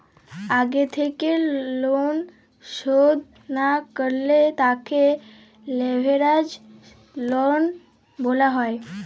আগে থেক্যে লন শধ না করলে তাকে লেভেরাজ লন বলা হ্যয়